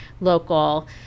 local